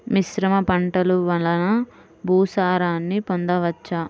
మిశ్రమ పంటలు వలన భూసారాన్ని పొందవచ్చా?